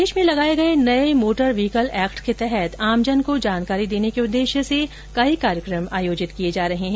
प्रदेश में लगए गए नए मोटर व्हीकल एक्ट के तहत आमजन को जानकारी देने के उद्देश्य से कई कार्यक्रम आयोजित किए जा रहे हैं